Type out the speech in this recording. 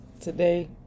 today